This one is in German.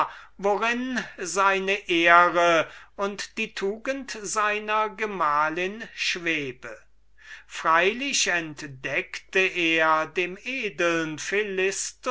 worin seine ehre und die tugend seiner gemahlin schwebe freilich entdeckte er dem edeln